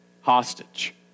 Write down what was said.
hostage